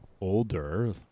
older